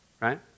right